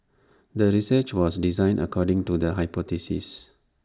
the research was designed according to the hypothesis